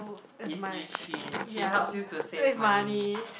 is Yu-Jin she helps you to save money